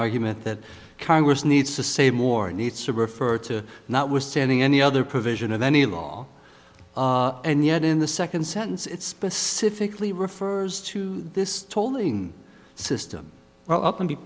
argument that congress needs to save more needs to refer to notwithstanding any other provision of any law and yet in the second sentence it specifically refers to this tolling system well up and be